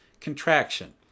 contraction